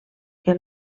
que